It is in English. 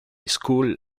school